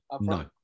No